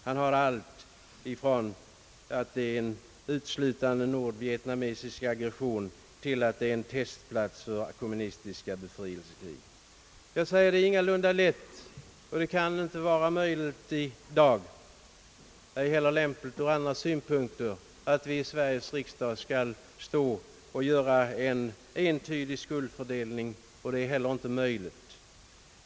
Han har tagit med allt, från att det är en uteslutande nordvietnamesisk aggression till att det är en testplats för det kommunistiska befrielsekriget. Det är ingalunda lätt och det kan inte vara möjligt i dag, heller inte lämpligt, att i Sveriges riksdag göra en entydig skuldfördelning för vietnamkriget.